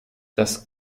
das